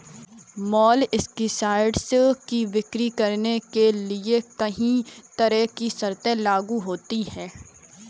molluscicides की बिक्री करने के लिए कहीं तरह की शर्तें लागू होती है